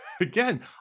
again